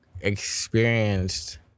experienced